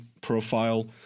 profile